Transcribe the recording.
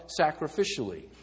sacrificially